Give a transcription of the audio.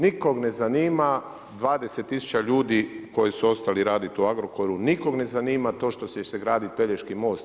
Nikog ne zanima 20000 ljudi koji su ostali raditi u Agrokoru, nikog ne zanima to što će se izgraditi Pelješki most.